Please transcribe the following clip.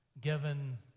given